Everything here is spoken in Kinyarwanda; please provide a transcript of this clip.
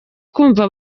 kumva